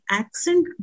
accent